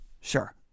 Sure